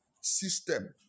system